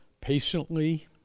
patiently